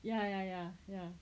ya ya ya ya